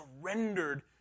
surrendered